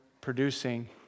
producing